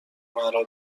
مرا